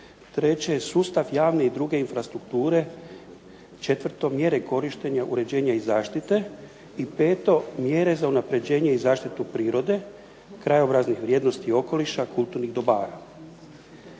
treće sustav javne i druge infrastrukture, četvrto, mjere korištenja, uređenja i zaštite i peto mjere za unapređenje i zaštitu prirode, krajobraznih vrijednosti okoliša kulturnih dobara.